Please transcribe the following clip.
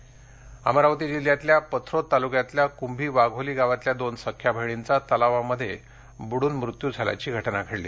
बुडून मृत्यू अमरावती जिल्ह्यातल्या पथ्रोत तालुक्यातल्या कुंभी वाघोली गावातल्या दोन सख्ख्या बहिणींचा तलावामध्ये बुडून मृत्यू झाल्याची घटना घडली